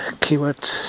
keyword